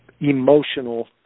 emotional